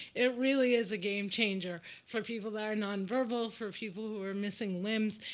it really is a game changer for people that are non-verbal, for people who are missing limbs.